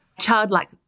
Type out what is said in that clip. childlike